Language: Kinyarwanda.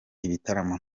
ibitaramo